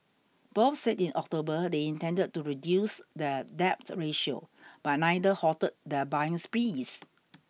both said in October they intended to reduce their debt ratio but neither halted their buying sprees